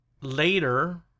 Later